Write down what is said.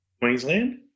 Queensland